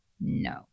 No